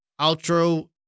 outro